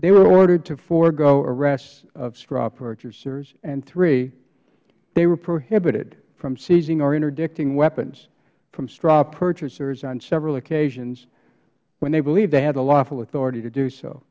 they were ordered to forego arrests of straw purchasers and three they were prohibited from seizing or interdicting weapons from straw purchasers on several occasions when they believed they had the lawful authority to do so